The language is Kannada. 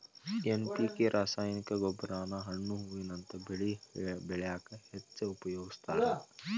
ಎನ್.ಪಿ.ಕೆ ರಾಸಾಯನಿಕ ಗೊಬ್ಬರಾನ ಹಣ್ಣು ಹೂವಿನಂತ ಬೆಳಿ ಬೆಳ್ಯಾಕ ಹೆಚ್ಚ್ ಉಪಯೋಗಸ್ತಾರ